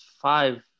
five